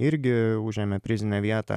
irgi užėmė prizinę vietą